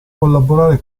collaborare